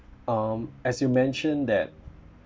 um as you mentioned that